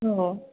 औ